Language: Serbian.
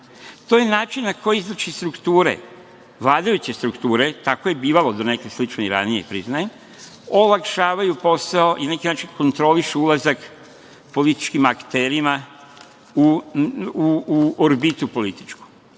To je način na koji izvlače iz strukture, vladajuće strukture, tako je bivalo donekle slično i ranije, priznajem, olakšavaju posao i na neki način kontrolišu ulazak političkim akterima u orbitu političku. Profesor